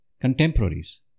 contemporaries